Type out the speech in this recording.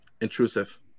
intrusive